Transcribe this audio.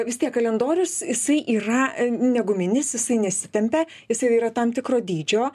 vistiek kalendorius jisai yra ne guminis jisai nesitempia jisai yra tam tikro dydžio